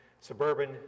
Suburban